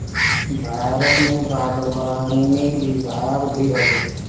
भारत में बागवानी विभाग भी हवे